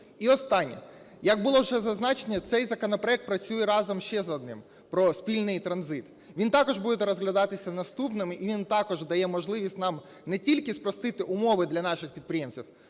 І останнє. Як було вже зазначено, цей законопроект працює разом ще з одним, про спільний транзит. Він також буде розглядатися наступним і він також дає можливість нам не тільки спростити умови для наших підприємців,